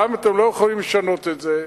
גם אם אתם לא יכולים לשנות את זה,